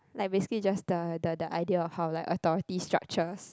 like basically just the the the idea of how like authority structures